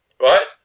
Right